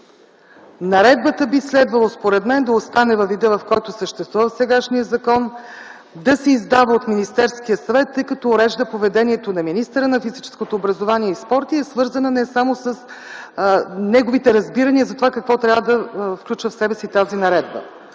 Наредбата би следвало, според мен, да остане във вида, в който съществува в сегашния закон – да се издава от Министерския съвет, тъй като урежда поведението на министъра на физическото образование и спорта и е свързана не само с неговите разбирания за това какво трябва да включва в себе си тази наредба.